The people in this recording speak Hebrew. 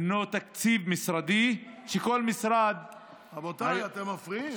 היא תקציב משרדי, שכל משרד, רבותיי, אתם מפריעים.